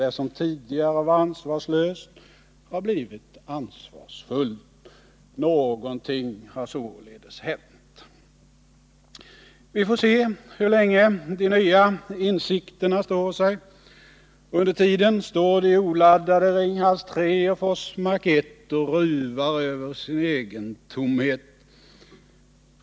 Det som tidigare var ansvarslöst har blivit ansvarsfullt. Någonting har således hänt. Vi får se hur länge de nya insikterna står sig. Under tiden står de oladdade Ringhals 3 och Forsmark 1 och ruvar över sin tomhet.